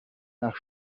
nach